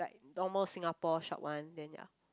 like almost Singapore shop one then ya